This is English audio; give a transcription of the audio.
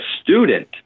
student